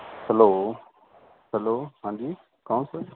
hello hello ਹਾਂਜੀ ਕੋਣ sir